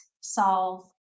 solve